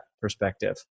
perspective